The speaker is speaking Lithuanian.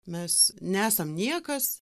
mes nesam niekas